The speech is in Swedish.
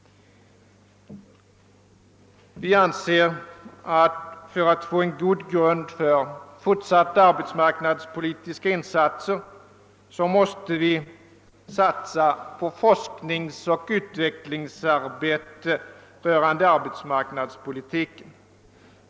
Vi anser att vi för att få en god grund för fortsatta arbetsmarknadspolitiska insatser måste satsa på forskningsoch utvecklingsarbete rörande arbetsmarknadspolitiken.